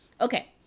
Okay